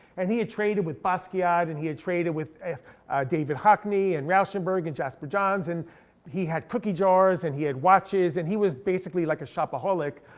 and he had traded with basquiat, and he had traded with david hockney, and rauschenberg, and jasper johns. and he had cookie jars, and he had watches, and he was basically like a shopaholic.